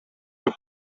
деп